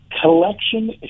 Collection